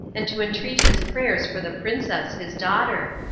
and to entreat his prayers for the princess, his daughter.